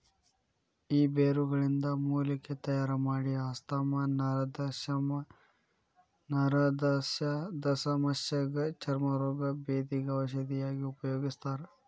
ಈ ಬೇರುಗಳಿಂದ ಮೂಲಿಕೆ ತಯಾರಮಾಡಿ ಆಸ್ತಮಾ ನರದಸಮಸ್ಯಗ ಚರ್ಮ ರೋಗ, ಬೇಧಿಗ ಔಷಧಿಯಾಗಿ ಉಪಯೋಗಿಸ್ತಾರ